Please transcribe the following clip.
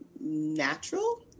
natural